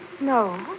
No